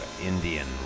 Indian